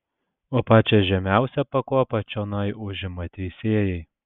o pačią žemiausią pakopą čionai užima teisėjai